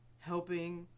helping